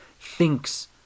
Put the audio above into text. thinks